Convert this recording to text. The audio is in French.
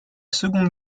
seconde